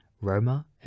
Roma